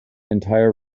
entire